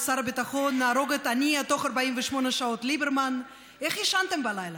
לשר הביטחון "נהרוג את הנייה תוך 48 שעות" ליברמן: איך ישנתם בלילה?